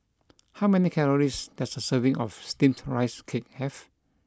how many calories does a serving of Steamed Rice Cake have